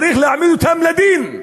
צריך להעמיד אותם לדין,